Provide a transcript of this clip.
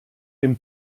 dem